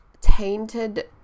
tainted